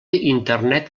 internet